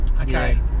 okay